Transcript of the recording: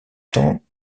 temps